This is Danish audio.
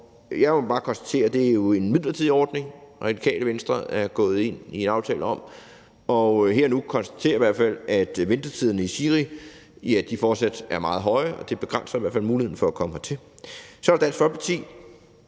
Jeg må bare konstatere, at det jo er en midlertidig ordning, Radikale Venstre er gået ind i en aftale om, og at ventetiderne i SIRI her og nu fortsat er meget høje, og det begrænser i hvert fald muligheden for at komme hertil. Så er der Dansk Folkeparti.